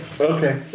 Okay